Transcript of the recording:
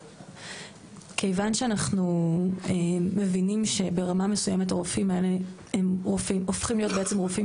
כיוון שאנחנו מבינים שברמה מסוימת הרופאים האלה הופכים להיות רופאים